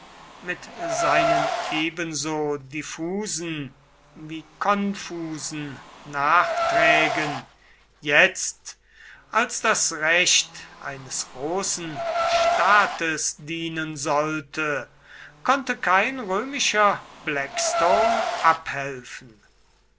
mit seinen ebenso diffusen wie konfusen nachträgen jetzt als das recht eines großen staates dienen sollte konnte kein römischer blackstone abhelfen